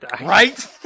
Right